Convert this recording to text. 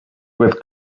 with